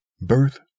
birth